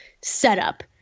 setup